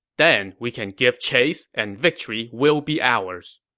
then we can give chase, and victory will be ours.